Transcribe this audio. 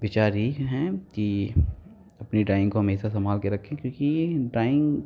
विचार यही हैं कि अपनी ड्राइंग को हमेशा संभाल के रखें क्योंकि ये ड्राइंग